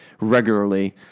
regularly